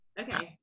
okay